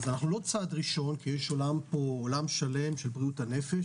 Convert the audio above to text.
אז אנחנו לא צעד ראשון כי יש פה עולם שלם של בריאות הנפש,